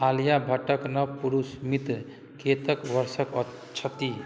आलिया भट्टके नव पुरुष मित्र कतेक वर्षक छथि